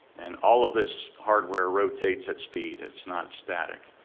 and all of this hardware rotates at speed, it's not static.